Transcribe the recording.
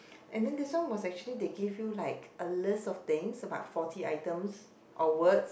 and then this one was actually they give you like a list of things about forty items or words